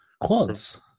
Quads